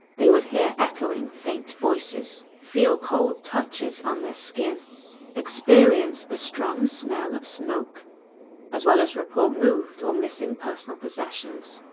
they would hear echoing faint voices feel cold touches on their skin experience the strong smell of smoke as well as report moved or missing personal possessions.